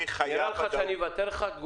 נראה לך שאני אוותר לך על תגובה?